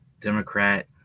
Democrat